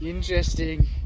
Interesting